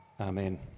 amen